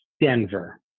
Denver